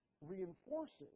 reinforces